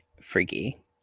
freaky